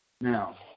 Now